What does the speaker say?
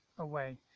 away